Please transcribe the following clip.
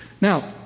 Now